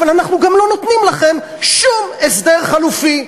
אבל אנחנו גם לא נותנים לכם שום הסדר חלופי.